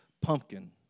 pumpkin